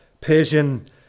Persian